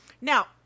Now